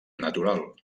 natural